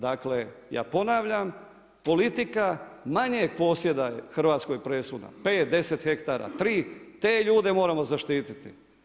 Dakle, ja ponavljam, politika manjeg posjeda je Hrvatskoj presudna, 5, 10 hektara, 3, te ljude moramo zaštiti.